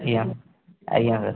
ଆଜ୍ଞା ଆଜ୍ଞା ସାର୍